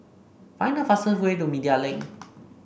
find the fastest way to Media Link